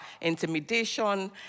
intimidation